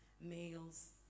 males